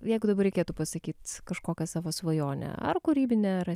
jeigu dabar reikėtų pasakyt kažkokią savo svajonę ar kūrybinę ar